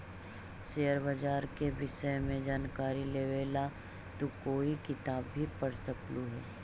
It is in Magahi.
शेयर बाजार के विष्य में जानकारी लेवे ला तू कोई किताब भी पढ़ सकलू हे